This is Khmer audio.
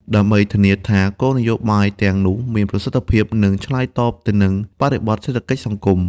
ដើម្បីធានាថាគោលនយោបាយទាំងនោះមានប្រសិទ្ធភាព និងឆ្លើយតបទៅនឹងបរិបទសេដ្ឋកិច្ចសង្គម។